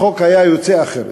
החוק היה יוצא אחרת.